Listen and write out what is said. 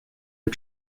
are